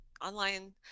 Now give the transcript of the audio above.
online